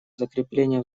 закрепления